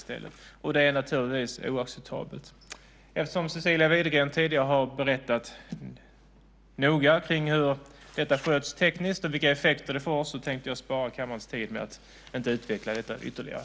Det är naturligtvis oacceptabelt. Eftersom Cecilia Widegren tidigare noga har berättat hur detta sköts tekniskt och vilka effekter det får tänker jag spara kammarens tid med att inte utveckla detta ytterligare.